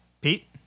Pete